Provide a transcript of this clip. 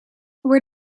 where